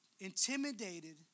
intimidated